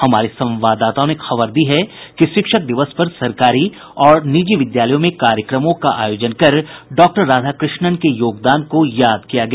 हमारे संवाददाताओं ने खबर दी है कि शिक्षक दिवस पर सरकारी और निजी विद्यालयों में कार्यक्रमों का आयोजन कर डॉक्टर राधाकृष्णन के योगदान को याद किया गया